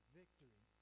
victory